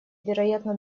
вероятно